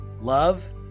love